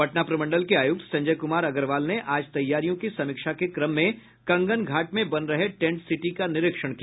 पटना प्रमंडल के आयुक्त संजय कुमार अग्रवाल ने आज तैयारियों की समीक्षा के क्रम में कंगन घाट में बन रहे टेंट सिटी का निरीक्षण किया